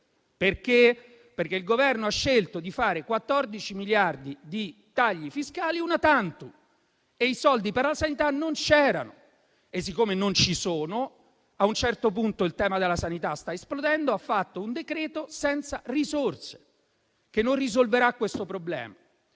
perché il Governo ha scelto di fare 14 miliardi di tagli fiscali *una tantum* e i soldi per la sanità non c'erano. E siccome non ci sono a un certo punto il tema della sanità sta esplodendo e il Governo ha fatto un decreto senza risorse, che non risolverà questo problema.